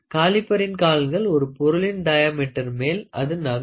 காலிபரின் கால்கள் ஒரு பொருளின் டையாமீட்டர் மேல் அது நகரும்